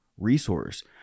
resource